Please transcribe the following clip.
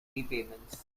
repayments